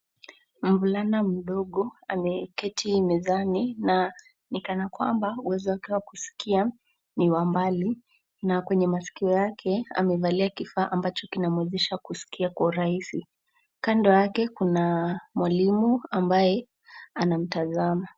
Mvulana mdogo ameketi mezani na ni kana kwamba uwezo wake wa kuskia ni wa mbali na kwenye masikio yake amevalia kifaa ambacho kinamwezesha kuskia kwa urahisi. Kando yake kuna mwalimu ambaye anamtazama.